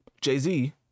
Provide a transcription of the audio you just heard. Jay-Z